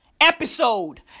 Episode